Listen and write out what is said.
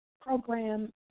program